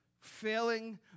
failing